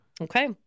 Okay